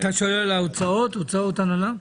אתה שואל על הוצאות הנהלה?